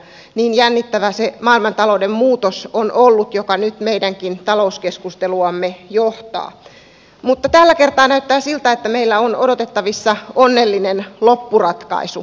niin jännittävä on ollut se maailmantalouden muutos joka nyt meidänkin talouskeskusteluamme johtaa mutta tällä kertaa näyttää siltä että meillä on odotettavissa onnellinen loppuratkaisu